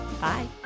bye